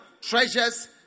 treasures